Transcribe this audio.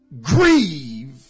grieve